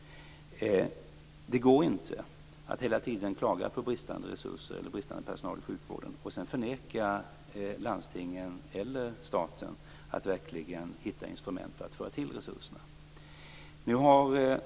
Det går inte att hela tiden klaga på bristande resurser eller för lite personal i sjukvården och sedan förvägra landstingen eller staten att verkligen hitta instrument för att tillföra dessa resurser.